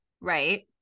Right